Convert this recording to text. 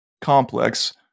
complex